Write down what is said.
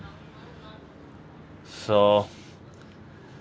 so